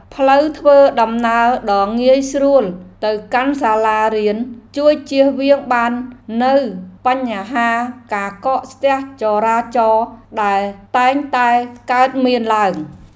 ផ្លូវធ្វើដំណើរដ៏ងាយស្រួលទៅកាន់សាលារៀនជួយជៀសវាងបាននូវបញ្ហាការកកស្ទះចរាចរណ៍ដែលតែងតែកើតមានឡើង។